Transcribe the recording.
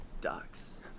Ducks